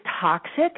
toxic